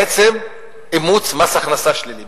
בעצם אימוץ מס הכנסה שלילי,